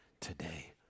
today